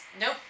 nope